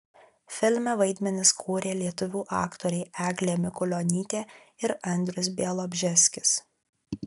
filme vaidmenis kūrė lietuvių aktoriai eglė mikulionytė ir andrius bialobžeskis